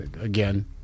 again